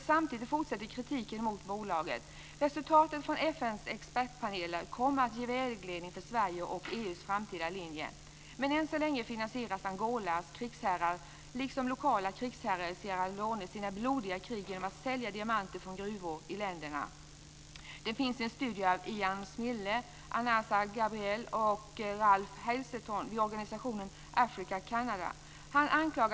Samtidigt fortsätter kritiken mot bolaget. Resultatet från FN:s expertpaneler kommer att ge vägledning för Sverige och EU:s framtida linje. Än så länge finansierar Angolas krigsherrar liksom lokala krigsherrar i Sierra Leone sina blodiga krig genom att sälja diamanter från gruvor i länderna. Det finns en studie av Ian Smille, Ansana Gberie och Ralph Hazelton i organisationen Africa Canada.